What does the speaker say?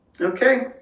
okay